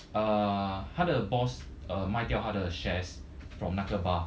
uh 他的 boss uh 卖掉他的 shares from 那个 bar